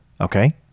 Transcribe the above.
Okay